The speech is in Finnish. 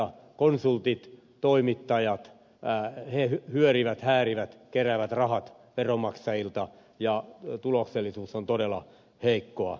konsultit ja toimittajat hyörivät ja häärivät keräävät rahat veronmaksajilta ja tuloksellisuus on todella heikkoa